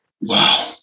wow